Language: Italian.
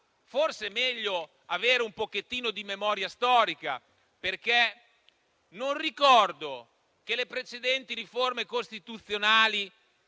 forse è meglio avere un po' di memoria storica, perché non ricordo che le precedenti riforme costituzionali,